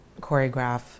choreograph